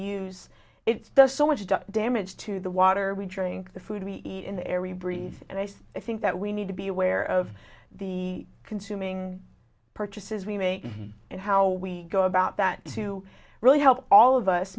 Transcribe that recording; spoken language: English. does so much damage to the water we drink the food we eat in the air you breathe i think that we need to be aware of the consuming purchases we make and how we go about that to really help all of us